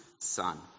son